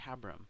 Tabram